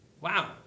Wow